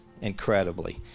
incredibly